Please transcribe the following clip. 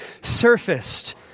surfaced